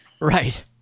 Right